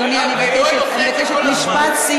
לא את כל הזמן, אני מבקשת, משפט סיום.